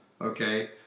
Okay